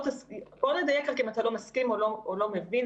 בוא נדייק רק אם אתה לא מסכים או לא מבין,